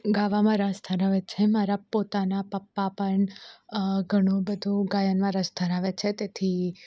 ગાવામાં રસ ધરાવે છે મારા પોતાના પપ્પા પણ ઘણું બધુ ગાયનમાં રસ ધરાવે છે તેથી